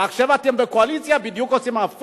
ועכשיו אתם בקואליציה עושים בדיוק הפוך?